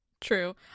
true